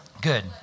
Good